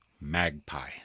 Magpie